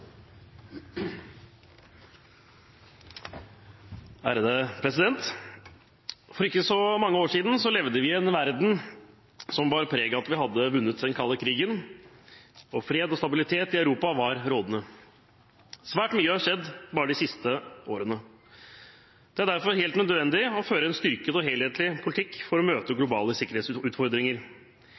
For ikke så mange år siden levde vi i en verden som bar preg av at vi hadde vunnet den kalde krigen, og fred og stabilitet i Europa var rådende. Svært mye har skjedd bare de siste årene. Det er derfor helt nødvendig å føre en styrket og helhetlig politikk for å møte globale sikkerhetsutfordringer.